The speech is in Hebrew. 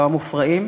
לא המופרעים,